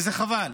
וזה חבל.